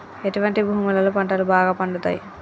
ఎటువంటి భూములలో పంటలు బాగా పండుతయ్?